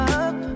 up